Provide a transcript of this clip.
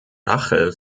rache